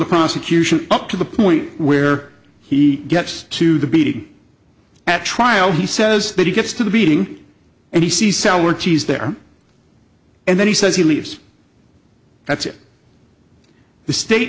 the prosecution up to the point where he gets to the bt at trial he says that he gets to the beating and he sees sour cheese there and then he says he leaves that's it the state